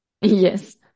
yes